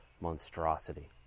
monstrosity